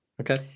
okay